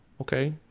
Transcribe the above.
okay